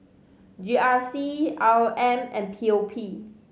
G R C R O M and P O P